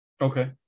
Okay